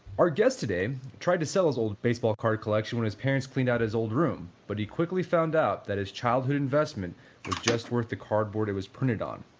our guest today tried to sell his baseball card collection when his parents cleaned out his old room, but he quickly found out that his childhood investment was just worth the cardboard it was printed on,